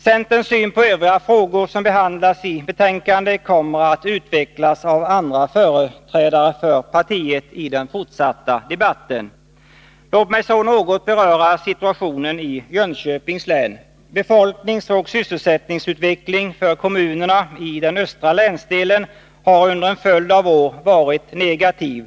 Centerns syn på övriga frågor som behandlas i betänkandet kommer i den fortsatta debatten att utvecklas av andra företrädare för partiet. Låt mig så något beröra situationen i Jönköpings län. Befolkningsoch sysselsättningsutvecklingen för kommunerna i den östra länsdelen har under en följd av år varit negativ.